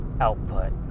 Output